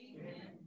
Amen